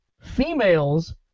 females